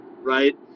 Right